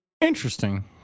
Interesting